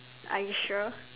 are you sure